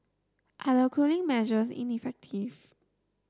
are the cooling measures ineffective